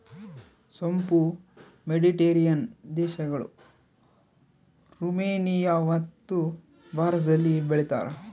ಸೋಂಪು ಮೆಡಿಟೇರಿಯನ್ ದೇಶಗಳು, ರುಮೇನಿಯಮತ್ತು ಭಾರತದಲ್ಲಿ ಬೆಳೀತಾರ